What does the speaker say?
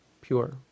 pure